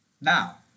Now